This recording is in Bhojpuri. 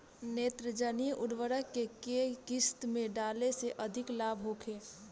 नेत्रजनीय उर्वरक के केय किस्त में डाले से अधिक लाभ होखे?